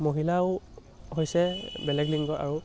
মহিলাও হৈছে বেলেগ লিংগ আৰু